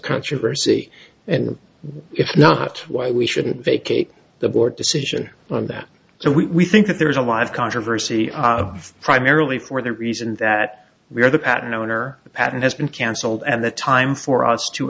controversy and if not why we shouldn't vacate the board decision on that so we think there's a lot of controversy primarily for the reason that we are the patent owner the patent has been cancelled and the time for us to